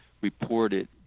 reported